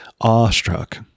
awestruck